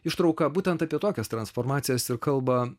ištrauką būtent apie tokias transformacijas ir kalba